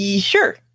Sure